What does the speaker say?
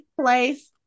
place